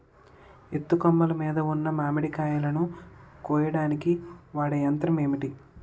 ఎత్తు కొమ్మలు మీద ఉన్న మామిడికాయలును కోయడానికి వాడే యంత్రం ఎంటి?